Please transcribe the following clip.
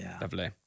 lovely